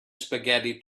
spaghetti